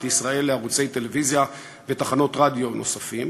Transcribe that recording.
ישראל לערוצי טלוויזיה ותחנות רדיו נוספים,